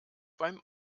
beim